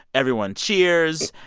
everyone cheers.